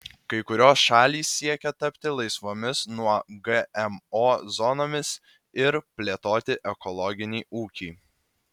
kai kurios šalys siekia tapti laisvomis nuo gmo zonomis ir plėtoti ekologinį ūkį